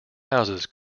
houses